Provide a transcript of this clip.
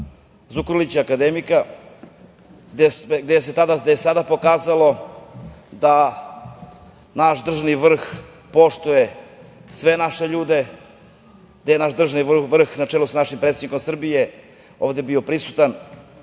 Zukorlića, akademika, gde se pokazalo da naš državni vrh poštuje sve naše ljude, da je naš državni vrh na čelu sa našim predsednikom Srbije ovde bio prisutan,